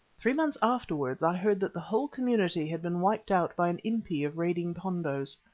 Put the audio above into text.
three months afterwards i heard that the whole community had been wiped out by an impi of raiding pondos.